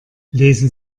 lesen